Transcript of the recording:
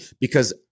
because-